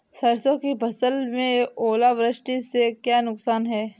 सरसों की फसल में ओलावृष्टि से क्या नुकसान है?